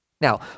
Now